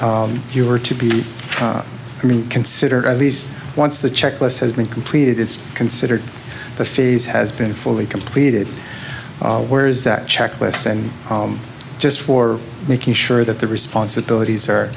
that you were to be considered at least once the checklist has been completed it's considered the phase has been fully completed where is that checklist and just for making sure that the responsibilities are